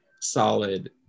solid